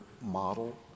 model